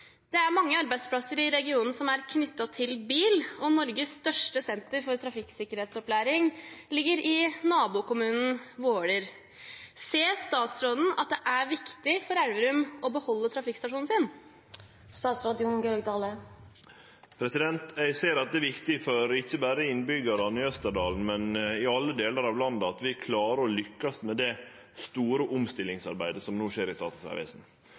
Mange arbeidsplasser er knyttet til bil, og Norges største trafikksikkerhetssenter ligger i nabokommunen Våler. Ser statsråden at det er viktig for Elverum å beholde trafikkstasjonen?» Eg ser at det er viktig – ikkje berre for innbyggjarane i Østerdalen, men i alle delar av landet – at vi klarer å lykkast med det store omstillingsarbeidet som no skjer i Statens